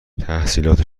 تحصیلات